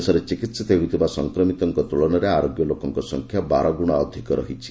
ଦେଶରେ ଚିକିିିତ ହେଉଥିବା ସଂକ୍ରମିତମାନଙ୍କ ତୁଳନାରେ ଆରୋଗ୍ୟ ଲୋକଙ୍କ ସଂଖ୍ୟା ବାରଗୁଣା ଅଧିକ ରହିଛି